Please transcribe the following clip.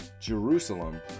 Jerusalem